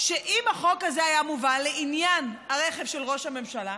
שאם החוק הזה היה מובא לעניין הרכב של ראש הממשלה,